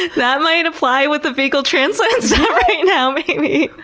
that might apply with the fecal transplants now maybe.